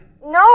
No